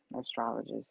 Astrologist